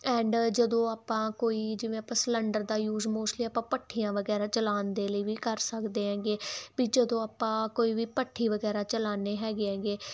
and ਜਦੋਂ ਆਪਾਂ ਕੋਈ ਜਿਵੇਂ ਆਪਾਂ ਸਿਲੰਡਰ ਦਾ ਯੂਜ ਮੋਸਟਲੀ ਆਪਾਂ ਭੱਠੀਆਂ ਵਗੈਰਾ ਚਲਾਉਣ ਦੇ ਲਈ ਵੀ ਕਰ ਸਕਦੇ ਹੈਗੇ ਵੀ ਜਦੋਂ ਆਪਾਂ ਕੋਈ ਵੀ ਭੱਠੀ ਵਗੈਰਾ ਚਲਾਉਂਦੇ ਹੈਗੇ ਹੈਗੇ